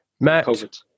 matt